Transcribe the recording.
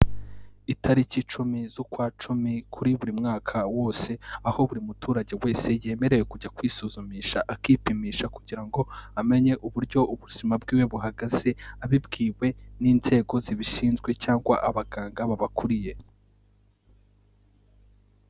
Itariki cumi z'ukwa cumi kuri buri mwaka wose, aho buri muturage wese yemerewe kujya kwisuzumisha akipimisha, kugira ngo amenye uburyo ubuzima bwiwe buhagaze, abibwiwe n'inzego zibishinzwe cyangwa abaganga babakuriye.